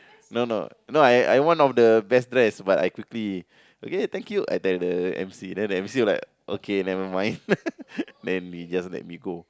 no no no I I one of the best dress but I quickly okay thank you I tell the M_C then the M_C was like okay never mind then he just let me go